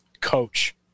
coach